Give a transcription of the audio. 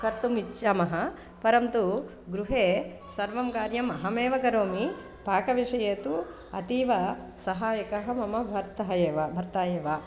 कर्तुम् इच्छामः परन्तु गृहे सर्वं कार्यम् अहमेव करोमि पाकविषये तु अतीव सहायकः मम भर्ता एव भर्ता एव